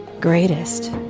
greatest